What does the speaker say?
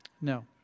No